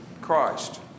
Christ